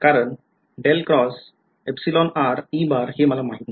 कारण हे मला माहित नाही